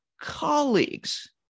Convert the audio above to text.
colleagues